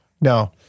No